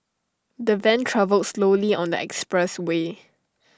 the van travelled slowly on the expressway